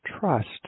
trust